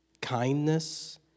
kindness